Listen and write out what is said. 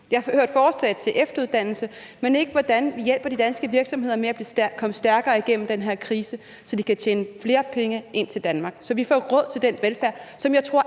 Jeg hørte forslag til efteruddannelse, men ikke til, hvordan vi hjælper de danske virksomheder med at komme stærkere igennem den her krise, så de kan tjene flere penge til Danmark – så vi får råd til den velfærd, som jeg tror